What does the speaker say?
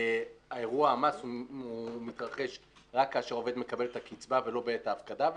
אירוע המס מתרחש רק כשהעובד מקבל את הקצבה ולא בעת ההפקדה,